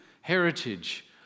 heritage